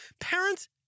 Parents